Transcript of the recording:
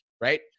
right